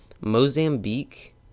Mozambique